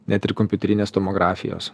net ir kompiuterinės tomografijos